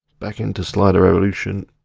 back into slider revolution.